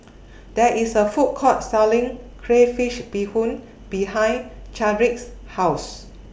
There IS A Food Court Selling Crayfish Beehoon behind Chadrick's House